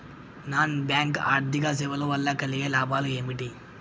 Non bank ఆర్థిక సేవల వల్ల కలిగే లాభాలు ఏమిటి?